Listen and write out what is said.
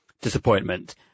disappointment